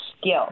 skill